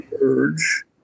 urge